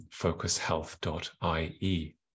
focushealth.ie